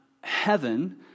heaven